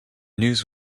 news